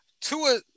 Tua